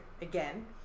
again